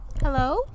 hello